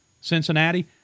Cincinnati